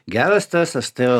geras stresas tai yra